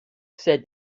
said